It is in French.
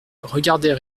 regardait